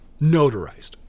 Notarized